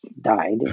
died